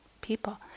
people